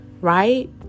right